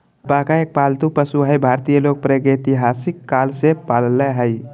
alpaca एक पालतू पशु हई भारतीय लोग प्रागेतिहासिक काल से पालय हई